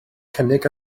cynnig